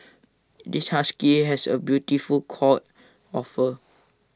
this husky has A beautiful coat of fur